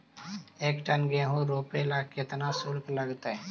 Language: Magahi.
एक टन गेहूं रोपेला केतना शुल्क लगतई?